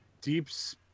deeps